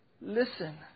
Listen